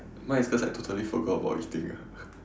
mine is because I totally forgot about eating ah